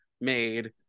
made